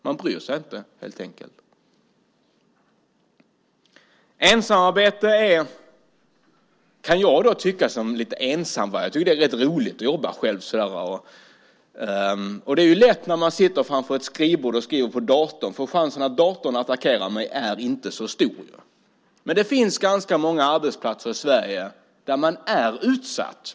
Man bryr sig helt enkelt inte. Sedan har vi ensamarbetet. Jag är lite av ensamvarg och tycker att det är rätt roligt att jobba ensam. Men det är det lätt att säga när man sitter vid ett skrivbord och skriver på datorn, för risken att datorn attackerar en är inte så stor. Däremot finns det ganska många arbetsplatser i Sverige där man är utsatt.